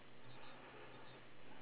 uh two axes only right